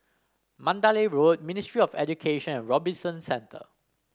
Mandalay Road Ministry of Education and Robinson Centre